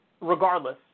regardless